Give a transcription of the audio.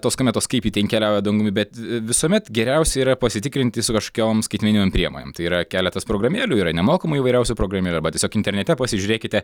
tos kometos kaip ji ten keliauja dangumi bet visuomet geriausia yra pasitikrinti su kažkokiom skaitmeninėm priemonėm tai yra keletas programėlių yra nemokamai įvairiausių programėlių arba tiesiog internete pasižiūrėkite